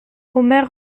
omer